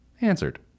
answered